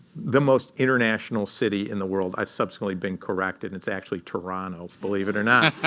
the most international city in the world i've subsequently been corrected. it's actually toronto, believe it or not.